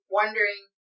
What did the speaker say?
wondering